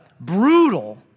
Brutal